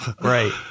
Right